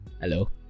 Hello